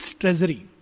treasury